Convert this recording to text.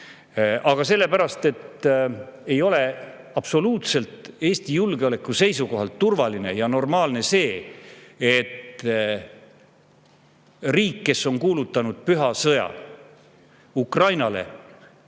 Aga sellepärast, et absoluutselt ei ole Eesti julgeoleku seisukohalt turvaline ja normaalne see, et üks riik on kuulutanud püha sõja Ukrainale